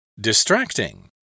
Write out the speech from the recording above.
Distracting